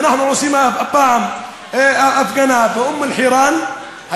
ואנחנו עושים הפעם הפגנה באום-אלחיראן,